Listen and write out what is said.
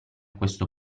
questo